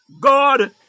God